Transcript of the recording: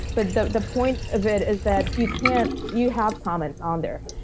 but the the point of it is that you can't you have comments on there.